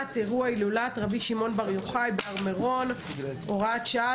אירוע הילולת רבי שמעון בר יוחאי בהר מירון) (הוראת שעה),